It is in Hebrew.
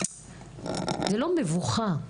זה לא מבוכה,